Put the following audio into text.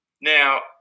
Now